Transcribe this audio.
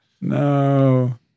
No